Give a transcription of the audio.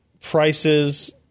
prices